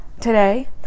today